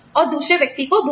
और दूसरे व्यक्ति को बूट